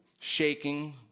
shaking